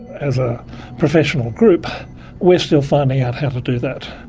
as a professional group we're still finding out how to do that.